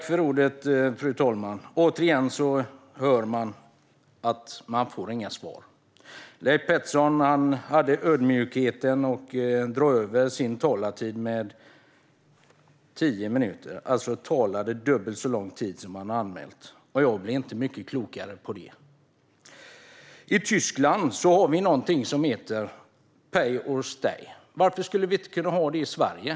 Fru talman! Återigen får jag inga svar. Leif Pettersson hade ödmjukheten att dra över sin talartid med tio minuter. Han talade alltså dubbelt så lång tid som han hade anmält. Men jag blev inte mycket klokare för det. I Tyskland finns något som heter pay or stay. Varför skulle vi inte kunna ha det i Sverige?